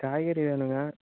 காய்கறி வேணும்ங்க